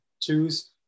choose